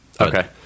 okay